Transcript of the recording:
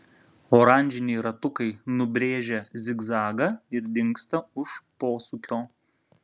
oranžiniai ratukai nubrėžia zigzagą ir dingsta už posūkio